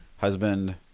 husband